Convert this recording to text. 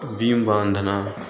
beam बांधना